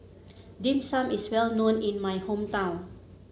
Dim Sum is well known in my hometown